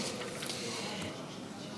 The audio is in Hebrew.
את יכולה למנות את מי שתרצי.